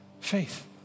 faith